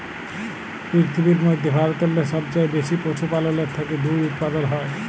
পিরথিবীর ম্যধে ভারতেল্লে সবচাঁয়ে বেশি পশুপাললের থ্যাকে দুহুদ উৎপাদল হ্যয়